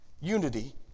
Unity